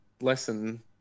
lesson